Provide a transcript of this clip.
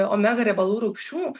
omega riebalų rūgščių